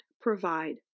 provide